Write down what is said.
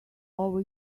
over